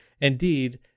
Indeed